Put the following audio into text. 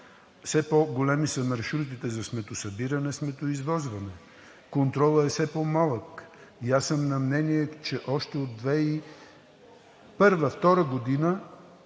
все по-големи са маршрутите за сметосъбиране и сметоизвозване, контролът е все по-малък. Аз съм на мнение, че още от 2001 – 2002 г.,